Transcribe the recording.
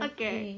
Okay